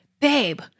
babe